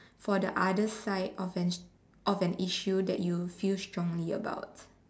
for the other side of an of an issue that you feel strongly about